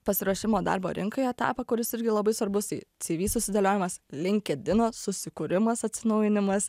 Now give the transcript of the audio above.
pasiruošimo darbo rinkai etapą kuris irgi labai svarbus tai cv susidėliojimas linkedino susikūrimas atsinaujinimas